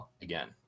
again